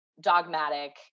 dogmatic